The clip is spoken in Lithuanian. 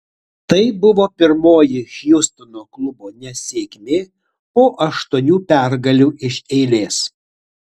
tai buvo pirmoji hjustono klubo nesėkmė po aštuonių pergalių iš eilės